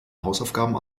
hausaufgaben